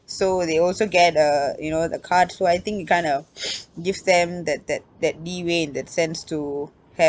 so they also get a you know the card so I think it kind of gives them that that that leeway in that sense to have